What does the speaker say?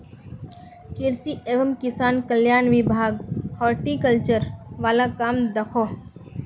कृषि एवं किसान कल्याण विभाग हॉर्टिकल्चर वाल काम दखोह